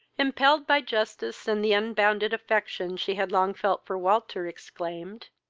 impelled by justice and the unbounded affection she had long felt for walter, exclaimed,